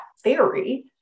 theory